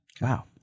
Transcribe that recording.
Wow